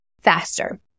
faster